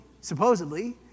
supposedly